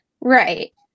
right